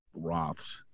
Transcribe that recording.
Roths